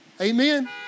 Amen